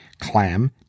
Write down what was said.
clam